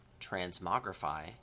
Transmogrify